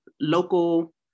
local